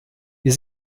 wir